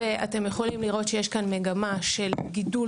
אתם יכולים לראות שיש פה מגמה של גידול